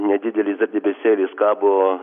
nedidelis dar debesėlis kabo